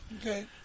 Okay